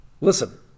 Listen